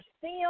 Sim